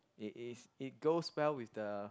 it is it goes well with the